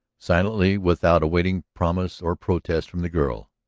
silently, without awaiting promise or protest from the girl,